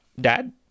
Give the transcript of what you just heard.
dad